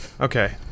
Okay